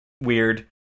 weird